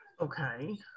Okay